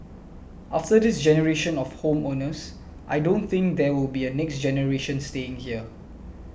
after this generation of home owners I don't think there will be a next generation staying here